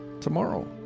tomorrow